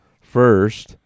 First